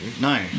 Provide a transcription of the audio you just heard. no